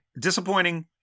disappointing